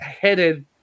headed